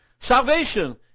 Salvation